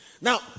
Now